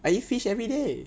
I eat fish everyday